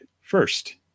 first